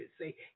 say